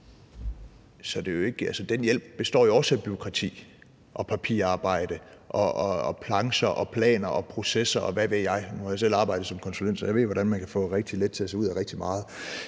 den hjælp jo også bureaukrati, papirarbejde, plancher, planer og processer, og hvad ved jeg – nu har jeg selv arbejdet som konsulent, så jeg ved, hvordan man kan få rigtig lidt til at se ud af rigtig meget.